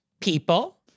people